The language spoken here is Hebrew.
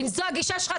אם זו הגישה שלך,